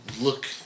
look